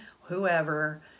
whoever